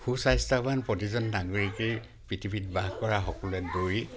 সু স্বাস্থ্যৱান প্ৰতিজন নাগৰিকেই পৃথিৱীত বাহ কৰা সকলোৱে দৌৰি